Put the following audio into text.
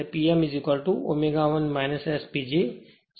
તેથી અને Pm ω 1 S PG છે